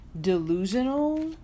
delusional